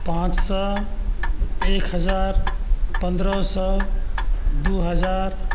पाँच सओ एक हजार एक हजार पनरह सओ दुइ हजार